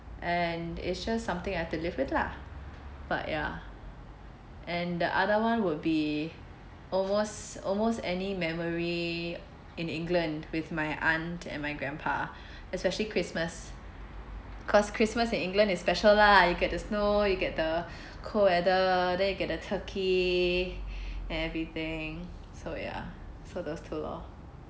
and it's just something I have to live with lah but ya and the other one would be almost almost any memory in england with my aunt and my grandpa especially christmas cause christmas in england is special lah you get the snow you get the cold weather then you get the turkey and everything so ya so those two lor